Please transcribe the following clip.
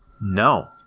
No